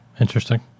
Interesting